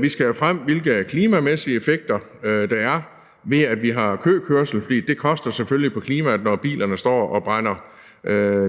Vi skal have frem, hvilke klimamæssige effekter der er, ved at vi har køkørsel, for det koster selvfølgelig på klimaet, når bilerne står og brænder